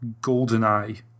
GoldenEye